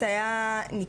מול המצלמות,